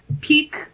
peak